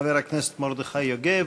חבר הכנסת מרדכי יוגב,